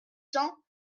cents